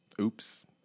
Oops